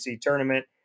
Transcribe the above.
tournament